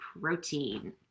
protein